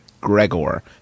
Gregor